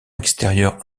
extérieur